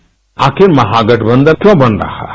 bite आखिर महागठबंधन क्यों बन रहा है